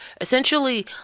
essentially